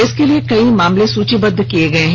इसके लिए कई मामले सूचीबद्ध किए गए हैं